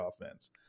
offense